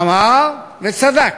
אמר וצדק,